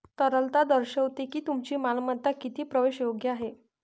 तरलता दर्शवते की तुमची मालमत्ता किती प्रवेशयोग्य आहे